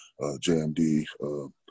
JMD